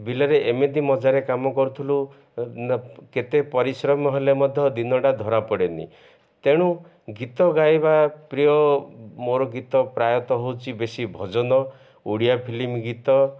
ବିଲରେ ଏମିତି ମଜାରେ କାମ କରୁଥିଲୁ କେତେ ପରିଶ୍ରମ ହେଲେ ମଧ୍ୟ ଦିନଟା ଧରାପଡ଼େନି ତେଣୁ ଗୀତ ଗାଇବା ପ୍ରିୟ ମୋର ଗୀତ ପ୍ରାୟତଃ ହେଉଛି ବେଶୀ ଭଜନ ଓଡ଼ିଆ ଫିଲିମ୍ ଗୀତ